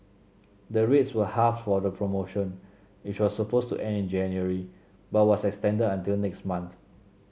the rates were halved for the promotion which was supposed to end in January but was extended until next month